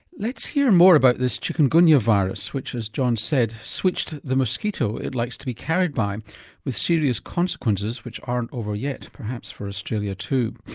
let's hear more about this chikungunya virus which as john said switched the mosquito it likes to be carried by with serious consequences which aren't over yet. perhaps for australia too.